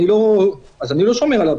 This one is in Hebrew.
אני לא שומר עליו,